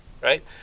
right